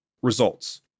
Results